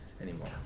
anymore